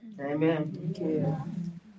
Amen